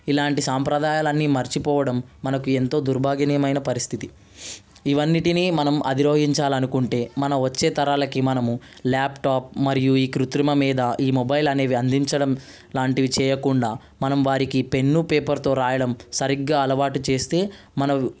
ఇలాంటి సాంప్రదాయాలు అన్ని మర్చిపోవడం మనకు ఎంతో దౌర్భాగ్యమైన పరిస్థితి ఇవన్నీటినీ మనం అధిరోహించాలనుకుంటే మన వచ్చే తరాలకి మనం ల్యాప్టాప్ మరియు ఈ కృత్రిమ మీద ఈ మొబైల్ అనేవి అందించడం లాంటివి చేయకుండా మనం వారికి పెన్ను పేపర్తో రాయడం సరిగ్గా అలవాటు చేస్తే మనకు